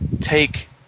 take